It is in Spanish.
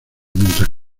mientras